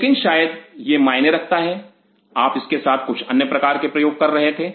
लेकिन शायद यह मायने रखता है आप इसके साथ कुछ अन्य प्रकार के प्रयोग कर रहे थे